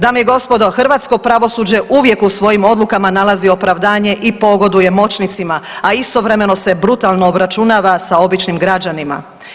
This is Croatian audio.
Dame i gospodo, hrvatsko pravosuđe uvijek u svojim odlukama nalazi opravdanje i pogoduje moćnicima, a istovremeno se brutalno obračunava sa običnim građanima.